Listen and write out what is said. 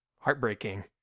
heartbreaking